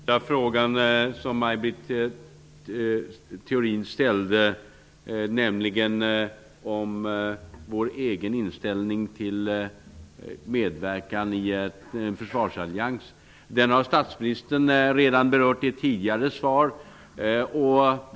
Fru talman! Den första frågan som Maj Britt Theorin ställde, nämligen om vår egen inställning till en medverkan i en försvarsallians, har statsministern redan berört i ett tidigare svar.